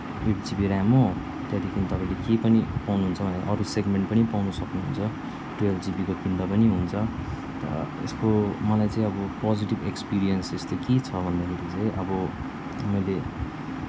at GB RAM हो त्यहाँदेखि तपाईँले के पनि पाउनुहुन्छ भने अरू सेगमेन्ट पनि पाउनु सक्नुहुन्छ टुवेल्भ जिबीको किन्दा पनि हुन्छ तर यसको मलाई चाहिँ अब पोजिटिभ एक्सपेरिएन्स यस्तो के छ भन्दाखेरि चाहिँ अब मैले